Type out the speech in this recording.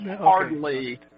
hardly